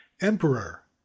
emperor